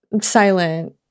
silent